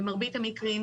במרבית המקרים,